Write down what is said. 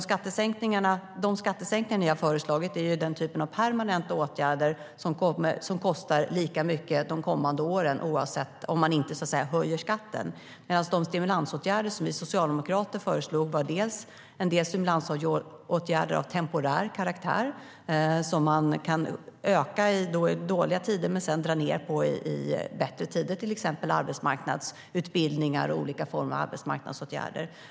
Skattesänkningarna de föreslog är permanenta åtgärder som kostar lika mycket de kommande åren, om man inte höjer skatten, medan de stimulansåtgärder som vi socialdemokrater föreslog var av temporär karaktär. De kan man öka i dåliga tider och dra ned på i bättre tider. Det är till exempel arbetsmarknadsutbildningar och olika former av arbetsmarknadsåtgärder.